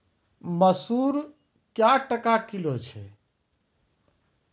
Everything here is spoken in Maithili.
मसूर क्या टका किलो छ?